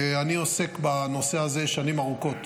אני עוסק בנושא הזה שנים ארוכות.